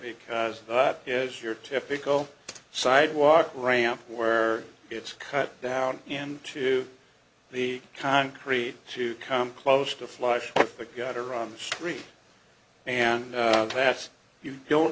because that is your typical sidewalk ramp where it's cut down and to the concrete to come close to flush the gutter on the street and that's you don't